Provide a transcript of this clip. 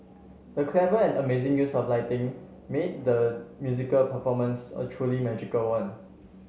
the clever and amazing use of lighting made the musical performance a truly magical one